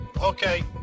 Okay